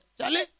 Charlie